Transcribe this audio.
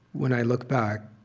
when i look back,